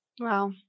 Wow